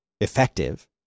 effective